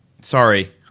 Sorry